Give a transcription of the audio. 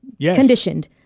conditioned